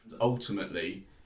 ultimately